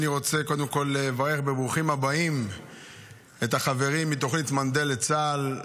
אני רוצה לברך בברוכים הבאים את החברים מתוכנית מנדל לצה"ל,